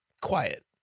quiet